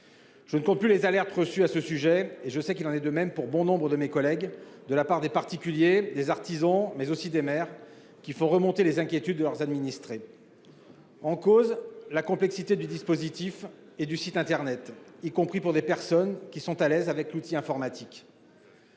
Je ne compte plus les alertes reçues à ce sujet- et je sais qu'il en est de même pour bon nombre de mes collègues -de la part de particuliers, d'artisans, mais aussi de maires qui font remonter les inquiétudes de leurs administrés. Trois éléments principaux sont en cause. D'abord, la complexité du dispositif et du site internet, y compris pour des personnes qui sont à l'aise avec l'outil informatique.